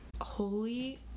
Holy